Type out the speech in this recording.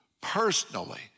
personally